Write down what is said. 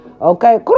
Okay